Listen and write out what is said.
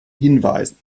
hinweisen